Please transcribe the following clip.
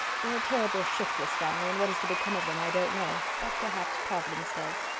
they're a terrible shiftless family and what is to become of them i don't know, but perhaps providence does.